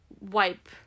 wipe